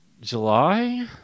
July